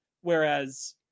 Whereas